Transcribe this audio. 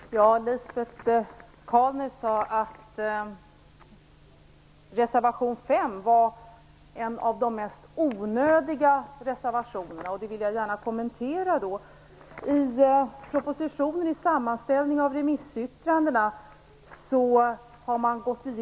Herr talman! Lisbet Calner sade att reservation 5 var en av de mer onödiga reservationerna, och det vill jag gärna kommentera. I propositionen görs en sammanställning av remissyttrandena.